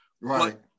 Right